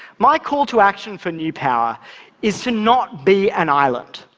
my call to action for new power is to not be an island.